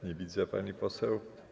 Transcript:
Nie widzę pani poseł.